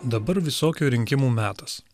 dabar visokių rinkimų metas